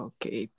Okay